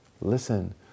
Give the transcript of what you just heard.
listen